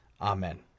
Amen